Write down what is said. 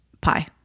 Pie